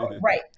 right